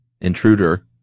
intruder